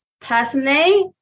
Personally